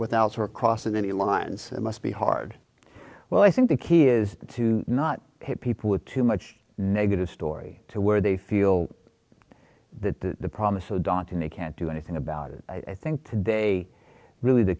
without her cross any lines it must be hard well i think the key is to not hit people with too much negative story to where they feel that promise so daunting they can't do anything about it i think today really the